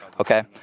Okay